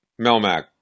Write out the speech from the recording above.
Melmac